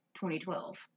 2012